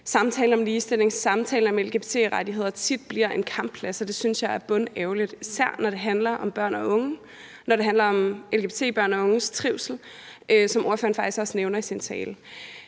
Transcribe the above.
samtalen om ligestilling og samtalen om lgbt-rettigheder tit bliver en kampplads, og det synes jeg er bundærgerligt, især når det handler om børn og unge, og når det handler